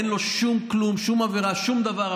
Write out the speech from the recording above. אין לו שום כלום, שום עבירה, שום דבר.